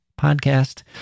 podcast